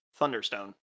Thunderstone